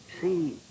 See